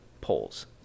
polls